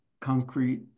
concrete